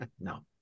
no